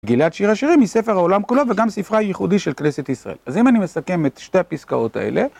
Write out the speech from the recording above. מגילת שיר השירים היא ספר העולם כולו וגם ספרה הייחודי של כנסת ישראל. אז אם אני מסכם את שתי הפסקאות האלה.